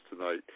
tonight